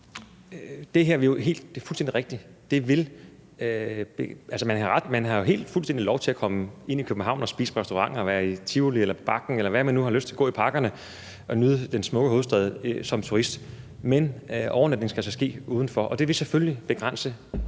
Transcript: partifarve i øvrigt. Man har lov til at komme ind til København og spise på restauranter og være i Tivoli eller på Bakken eller gå i parkerne og nyde den smukke hovedstad som turist, men overnatning skal altså ske uden for, og det vil selvfølgelig begrænse